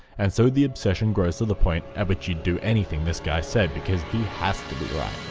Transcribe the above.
and so the obsession grows to the point at which you'd do anything this guy said because he has to be right.